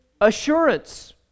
assurance